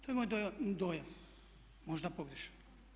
To je moj dojam, možda pogrešan.